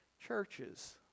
Churches